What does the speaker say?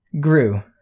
Grew